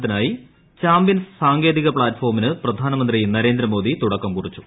ത്തിനായി ചാമ്പ്യൻസ് സാങ്കേതിക പ്ലാറ്റ്ഫോമിന് പ്രധാനമന്ത്രി നരേന്ദ്ര മോദി തുടക്കം കുറിച്ചു